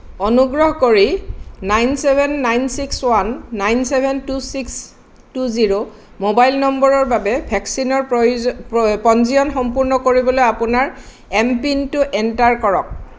অনুগ্ৰহ কৰি nine seven nine six one nine seven two six two zero mobile নম্বৰৰ বাবে ভেকচিনৰ প্ৰয়োজন পঞ্জীয়ন সম্পূৰ্ণ কৰিবলৈ আপোনাৰ এম পিনটো এণ্টাৰ কৰক